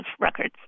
records